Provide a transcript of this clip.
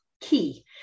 key